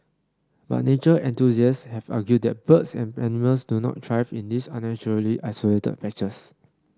but nature enthusiasts have argued that birds and animals do not thrive in these unnaturally isolated patches